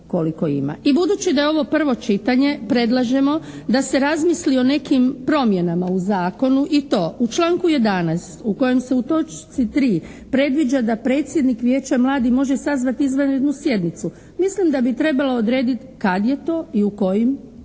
I budući da je ovo prvo čitanje, predlažemo da se razmisli o nekim promjenama u zakonu i to u članku 11. u kojem se u točci 3. predviđa da predsjednik vijeća mladih može sazvati izvanrednu sjednicu mislim da bi trebalo odredit kad je to i u kojim